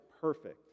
perfect